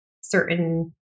certain